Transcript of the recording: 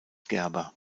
gerber